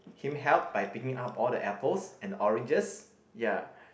him help by picking up all the apples and oranges ya